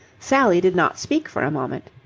sally did not speak for a moment.